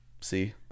See